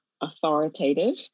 authoritative